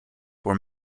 were